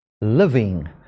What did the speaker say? living